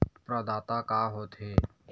प्रदाता का हो थे?